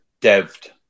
dev'd